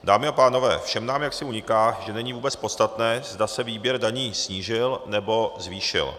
Dámy a pánové, všem nám jaksi uniká, že není vůbec podstatné, zda se výběr daní snížil nebo zvýšil.